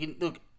Look